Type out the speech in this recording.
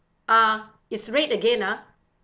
ah it's red again ah